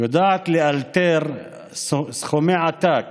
יודעת לאלתר סכומי עתק